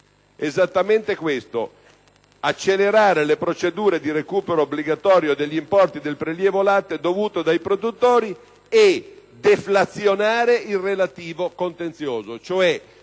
Esattamente questo: «accelerare le procedure di recupero obbligatorio degli importi del prelievo latte dovuti dai produttori e deflazionare il relativo contenzioso».